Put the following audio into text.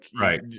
right